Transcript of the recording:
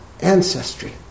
ancestry